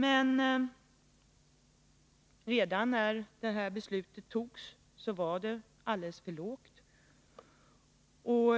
Men redan när beslutet fattades var ersättningen alldeles för låg, och